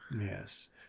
Yes